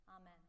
Amen